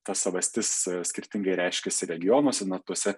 ta savastis skirtingai reiškiasi regionuose na tuose